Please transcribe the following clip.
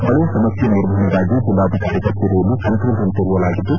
ಮಳೆ ಸಮಸ್ಯೆ ನಿರ್ವಹಣೆಗಾಗಿ ಜಿಲ್ಲಾಧಿಕಾರಿ ಕಚೇರಿಯಲ್ಲಿ ಕಂಟೋಲ್ ರೂಂ ತೆರೆಯಲಾಗಿದ್ದು